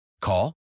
Call